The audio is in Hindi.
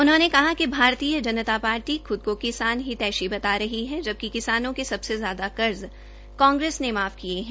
उनहोंने कहा कि भारतीय जनता पार्टी खूद को किसान हितैषी बता रही है जबकि किसानों के सबसे ज्यादा कर्जकांग्रेस ने माफ किये है